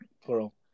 Plural